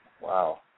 Wow